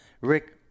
rick